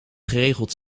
geregeld